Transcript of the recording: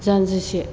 जान्जिसे